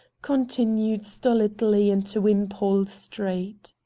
continued stolidly into wimpole street.